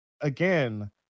again